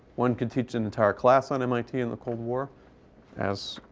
one could teach an entire class on mit in the cold war as